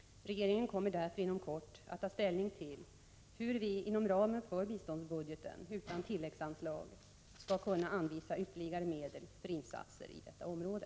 Regeringen kommer därför inom kort att ta ställning till hur vi inom ramen för biståndsbudgeten, utan tilläggsanslag, skall kunna anvisa ytterligare medel för insatser i detta område.